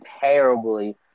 terribly